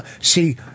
See